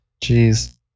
jeez